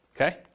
okay